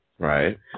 Right